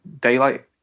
daylight